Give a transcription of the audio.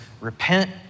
repent